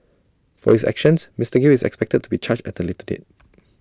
for his actions Mister gill is expected to be charged at A later date